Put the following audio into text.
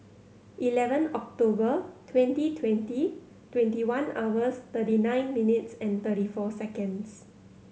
eleven October twenty twenty twenty one hours thirty nine minutes and thirty four seconds